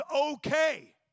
okay